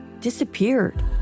disappeared